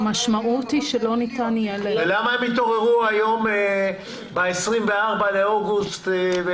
למה הם התעוררו היום ב-24 באוגוסט?